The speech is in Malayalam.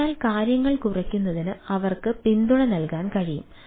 അതിനാൽ കാര്യങ്ങൾ കുറയ്ക്കുന്നതിന് അവർക്ക് പിന്തുണ നൽകാൻ കഴിയും